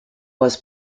was